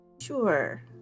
Sure